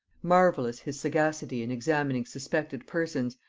marvellous his sagacity in examining suspected persons,